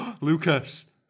Lucas